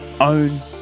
own